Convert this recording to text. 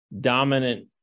Dominant